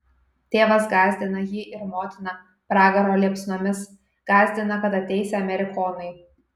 tėvas gąsdina jį ir motiną pragaro liepsnomis gąsdina kad ateisią amerikonai